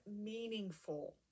meaningful